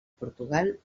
portugal